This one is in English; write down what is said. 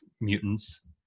mutants